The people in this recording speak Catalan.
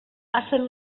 passen